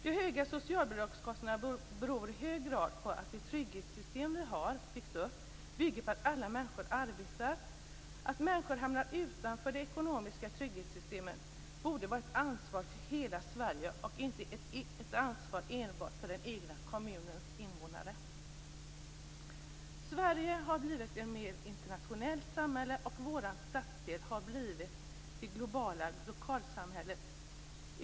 De höga socialbidragskostnaderna beror i hög grad på att de trygghetssystem vi har byggt upp bygger på att alla människor arbetar. Att människor hamnar utanför de ekonomiska trygghetssystemen borde vara ett ansvar för hela Sverige och inte ett ansvar enbart för den egna kommunens invånare. Sverige har blivit ett mer internationellt samhälle och vår stadsdel har blivit det globala lokalsamhället.